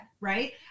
right